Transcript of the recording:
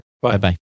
Bye-bye